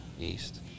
East